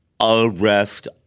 arrest